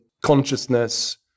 consciousness